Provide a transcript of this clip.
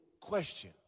Question